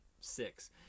six